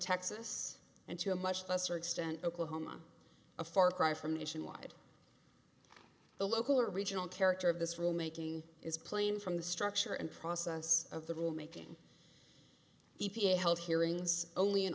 texas and to a much lesser extent oklahoma a far cry from nationwide the local or regional character of this rule making is plain from the structure and process of the rule making e p a held hearings only in